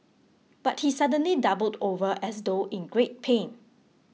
but he suddenly doubled over as though in great pain